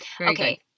Okay